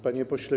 Panie Pośle!